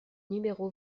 numéro